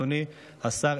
אדוני השר,